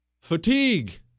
Fatigue